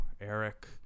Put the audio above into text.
Eric